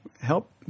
help